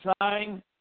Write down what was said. time